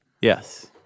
Yes